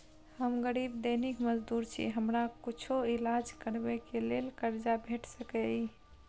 हम गरीब दैनिक मजदूर छी, हमरा कुछो ईलाज करबै के लेल कर्जा भेट सकै इ?